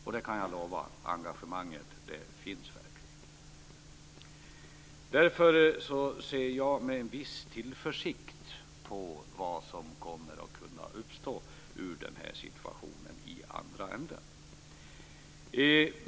Jag kan lova att engagemanget verkligen finns. Jag ser därför med en viss tillförsikt på vad som kommer att kunna uppstå ur den här situationen i andra änden.